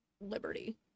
liberty